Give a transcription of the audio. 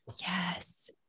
Yes